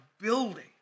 building